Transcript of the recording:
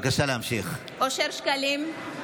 אי-אפשר ככה,